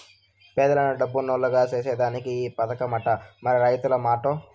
పేదలను డబ్బునోల్లుగ సేసేదానికే ఈ పదకమట, మరి రైతుల మాటో